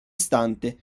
stante